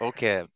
Okay